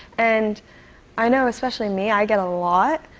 and i know, especially me, i get a lot.